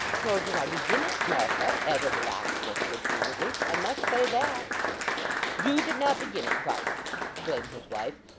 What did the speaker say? nor did i begin it, martha added the locksmith, good-humouredly, i must say that you did not begin it, varden exclaimed his wife,